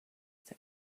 that